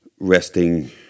resting